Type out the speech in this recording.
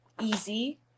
easy